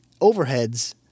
overheads